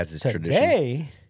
today